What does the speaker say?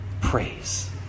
praise